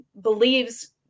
believes